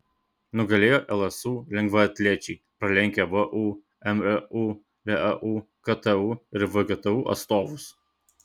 nugalėjo lsu lengvaatlečiai pralenkę vu mru leu ktu ir vgtu atstovus